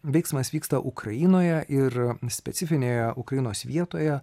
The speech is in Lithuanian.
veiksmas vyksta ukrainoje ir specifinėje ukrainos vietoje